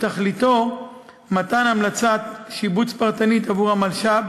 שתכליתה מתן המלצת שיבוץ פרטנית עבור המלש"ב,